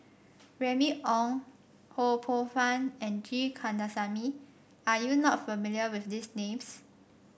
Remy Ong Ho Poh Fun and G Kandasamy are you not familiar with these names